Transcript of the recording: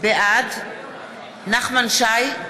בעד נחמן שי,